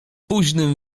późnym